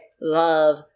love